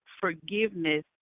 forgiveness